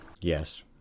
Yes